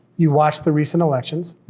you watched the recent elections,